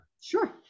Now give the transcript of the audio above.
Sure